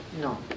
No